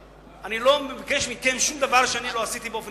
אני לא מבקש מכם שום דבר שאני לא עשיתי באופן אישי.